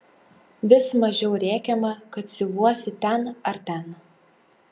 vis mažiau rėkiama kad siuvuosi ten ar ten